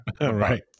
Right